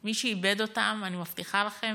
מי שאיבד אותם, אני מבטיחה לכם,